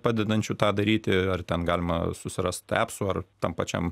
padedančių tą daryti ar ten galima susirasti apsų ar tam pačiam